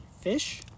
fish